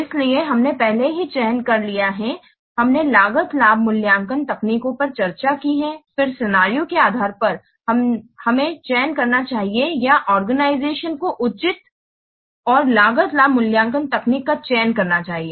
इसलिए हमने पहले ही चयन कर लिया है हमने लागत लाभ मूल्यांकन तकनीकों पर चर्चा की है फिर सिनेरियो के आधार पर हमें चयन करना चाहिए या आर्गेनाइजेशन को उचित और लागत लाभ मूल्यांकन तकनीक का चयन करना चाहिए